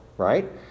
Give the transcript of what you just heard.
Right